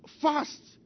fast